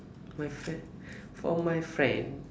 my friend for my friend